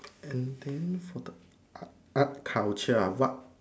and then for the art art culture ah what